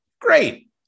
great